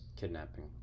Kidnapping